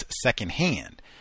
secondhand